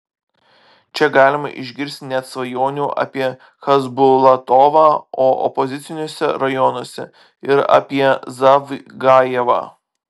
čia galima išgirsti net svajonių apie chasbulatovą o opoziciniuose rajonuose ir apie zavgajevą